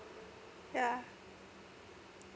yeah